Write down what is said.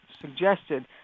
suggested